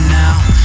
now